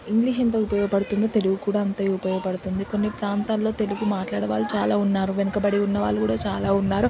English ఎంత ఉపయోగపడుతుందో తెలుగు కూడా అంతే ఉపయోగపడుతుంది కొన్ని ప్రాంతాలలో తెలుగు మాట్లాడే వాళ్ళు చాలా ఉన్నారు వెనుకబడి ఉన్నవాళ్ళు కూడా చాలా ఉన్నారు